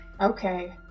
Okay